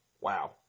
Wow